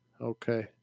Okay